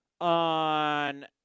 on